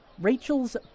Rachel's